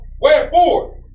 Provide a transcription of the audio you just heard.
Wherefore